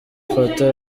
fattah